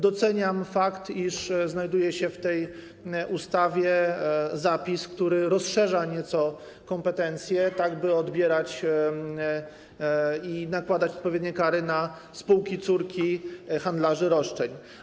Doceniam fakt, iż znajduje się w tej ustawie zapis, który rozszerza nieco kompetencje, by odbierać i nakładać odpowiednie kary na spółki córki handlarzy roszczeń.